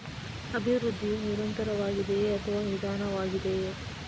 ಅಭಿವೃದ್ಧಿಯು ನಿರಂತರವಾಗಿದೆಯೇ ಅಥವಾ ನಿಧಾನವಾಗಿದೆಯೇ?